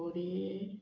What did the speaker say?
बोरीये